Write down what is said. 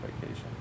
vacation